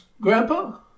Grandpa